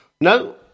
No